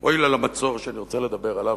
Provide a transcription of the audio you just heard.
הועילה למצור שאני רוצה לדבר עליו,